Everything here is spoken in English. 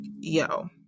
yo